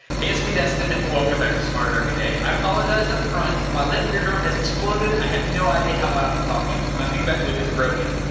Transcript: hey it's me destin. welcome back to smarter every day. i apologize up front. my left eardrum has exploded. i have no idea how loud i'm talking. my feedback loop is broken.